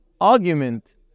argument